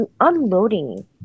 unloading